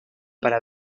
para